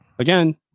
Again